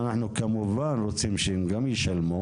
אנחנו גם כמובן רוצים שהם גם ישלמו.